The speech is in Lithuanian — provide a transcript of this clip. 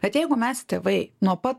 bet jeigu mes tėvai nuo pat